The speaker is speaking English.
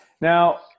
Now